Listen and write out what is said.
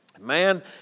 Man